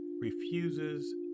refuses